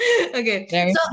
Okay